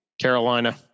Carolina